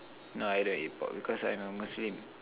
no I don't eat pork because I'm a Muslim